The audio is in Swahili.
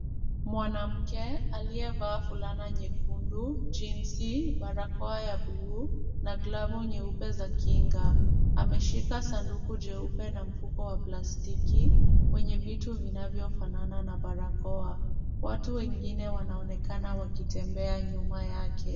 Mwanamke aliyevaa fulana nyekundu, jensi, barakoa ya blue na glavu nyeupe za kinga. Ameshika sanduku jeupe na mfuko wa plastiki, wenye vitu vinavyofanana na barakoa. Watu wengine wanaonekana wakitembea nyuma yake.